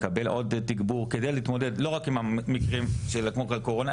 לקבל עוד תגבור וזה כדי להתמודד לא רק עם המקרים במשבר הקורונה,